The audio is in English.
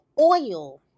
oil